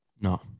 No